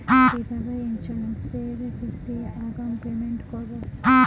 কিভাবে ইন্সুরেন্স এর কিস্তি আগাম পেমেন্ট করবো?